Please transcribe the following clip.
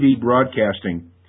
broadcasting